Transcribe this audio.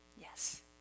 Yes